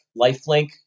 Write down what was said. lifelink